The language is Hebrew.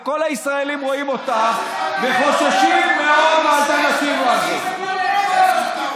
וכל הישראלים רואים אותה וחוששים מאוד מהאלטרנטיבה הזו.